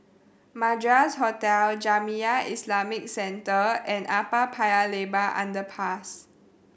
Madras Hotel Jamiyah Islamic Centre and Upper Paya Lebar Underpass